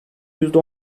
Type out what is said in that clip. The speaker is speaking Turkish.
yüzde